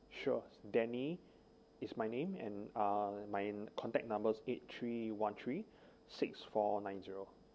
sure denny is my name and uh my contact numbers eight three one three six four nine zero